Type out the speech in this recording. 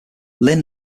linn